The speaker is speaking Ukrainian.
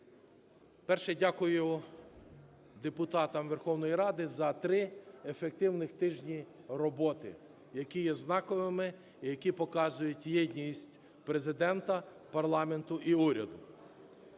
По-перше, дякую депутатам Верховної Ради за 3 ефективних тижні роботи, які є знаковими, які показують єдність Президента, парламенту і уряду.